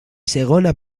segona